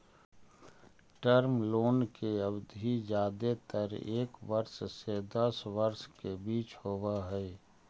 term loan के अवधि जादेतर एक वर्ष से दस वर्ष के बीच होवऽ हई